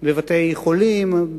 בבתי-חולים,